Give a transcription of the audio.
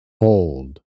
hold